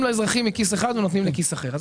לאזרחים מכיס אחד ונותנים לכיס אחר.